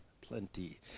plenty